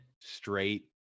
straight